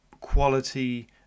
quality